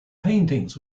paintings